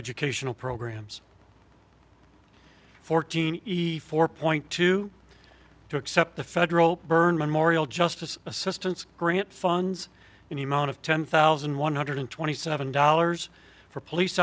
educational programs fourteen easy four point two to accept the federal burn memorial justice assistance grant funds in the amount of ten thousand one hundred twenty seven dollars for police